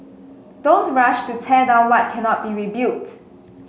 don't rush to tear down what cannot be rebuilt